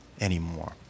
anymore